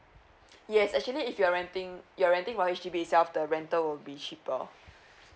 yes actually if you're renting you're renting from H_D_B itself the rental will be cheaper